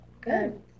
good